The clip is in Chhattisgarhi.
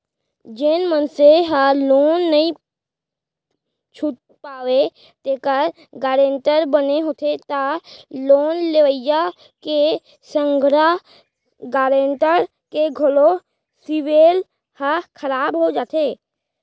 जेन मनसे ह लोन नइ छूट पावय तेखर गारेंटर बने होथे त लोन लेवइया के संघरा गारेंटर के घलो सिविल ह खराब हो जाथे